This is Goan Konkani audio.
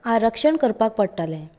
आरक्षण करपाक पडटले